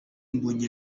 mbonyi